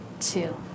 two